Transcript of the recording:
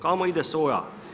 Kamo ide soja?